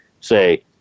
say